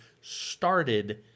started